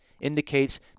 indicates